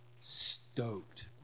Stoked